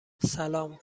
سلام